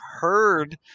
heard –